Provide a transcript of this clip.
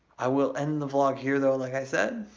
i will end the vlog here though, like i said.